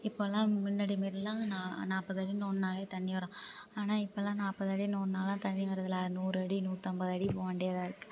இப்போல்லாம் முன்னாடி மாரிலாம் நா நாற்பதடி நோண்டுனாலே தண்ணி வரும் ஆனால் இப்போல்லாம் நாற்பதடி நோண்டுனாலும் தண்ணி வரதில்லைல நூறு அடி நூற்றம்பது அடி போகவேண்டியதாக இருக்குது